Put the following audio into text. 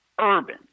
urban